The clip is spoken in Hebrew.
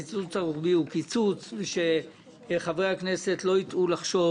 הקיצוץ הרוחבי שחברי הכנסת לא יטעו לחשוב